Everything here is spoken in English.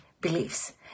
beliefs